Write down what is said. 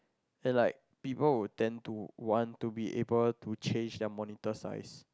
and like people will tend to want to be able to change their monitor size